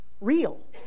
real